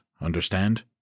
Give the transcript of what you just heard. understand